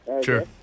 Sure